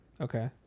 Okay